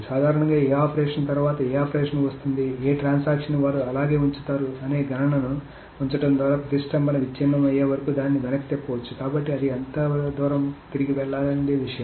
సాధారణంగా ఏ ఆపరేషన్ తర్వాత ఏ ఆపరేషన్ వస్తుంది ఏ ట్రాన్సాక్షన్ ని వారు అలాగే ఉంచుతారు అనే గణనను ఉంచడం ద్వారాప్రతిష్టంభన విచ్ఛిన్నం అయ్యే వరకు దాన్ని వెనక్కి తిప్పవచ్చు కాబట్టి అది ఎంత దూరం తిరిగి వెళ్లాలి అనే విషయం